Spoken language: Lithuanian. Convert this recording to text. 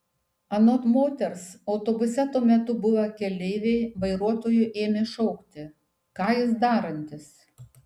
anot moters autobuse tuo metu buvę keleiviai vairuotojui ėmė šaukti ką jis darantis